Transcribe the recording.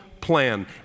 plan